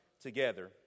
together